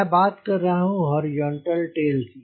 मैं बात कर रहा हूं हॉरिजॉन्टल टेल की